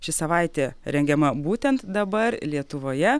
ši savaitė rengiama būtent dabar lietuvoje